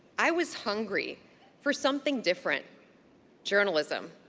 i was hungry for something different journalism.